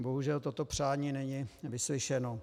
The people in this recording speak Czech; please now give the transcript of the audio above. Bohužel toto přání není vyslyšeno.